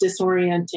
disorienting